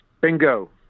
Bingo